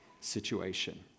situation